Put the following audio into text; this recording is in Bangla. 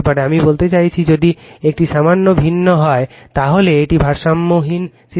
আমি বলতে চাইছি যদি একটি সামান্য ভিন্ন হয় তাহলে এটি ভারসাম্যহীন সিস্টেম